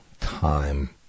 time